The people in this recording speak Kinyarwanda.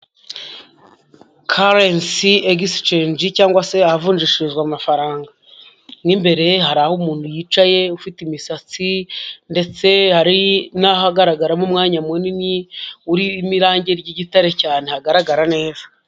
Karensi egisicenji, cyangwa se ahavunjishirizwa amafaranga mw'imbere hari aho umuntu yicaye, ufite imisatsi ndetse hari n'ahagaragaramo umwanya munini urimo irangi ry'igitare cyane, hagaragara neza.